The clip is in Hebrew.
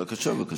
בבקשה, בבקשה.